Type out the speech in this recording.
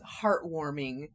heartwarming